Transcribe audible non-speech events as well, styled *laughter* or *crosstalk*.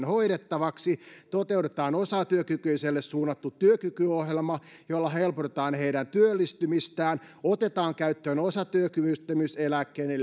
*unintelligible* hoidettavaksi toteutetaan osatyökykyisille suunnattu työkykyohjelma jolla helpotetaan heidän työllistymistään otetaan käyttöön osatyökyvyttömyyseläkkeiden *unintelligible*